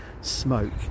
smoke